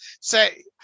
say